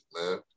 man